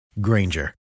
Granger